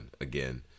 again